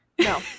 no